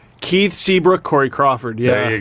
keith, seabrook, corey crawford. yeah.